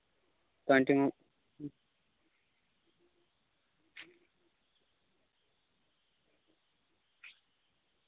twenty